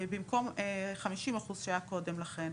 במקום 50% שהיה קודם לכן,